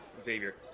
Xavier